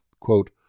quote